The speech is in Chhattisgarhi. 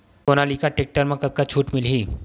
सोनालिका टेक्टर म कतका छूट मिलही?